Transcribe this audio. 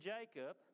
Jacob